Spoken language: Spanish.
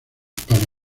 para